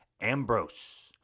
Ambrose